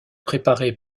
préparée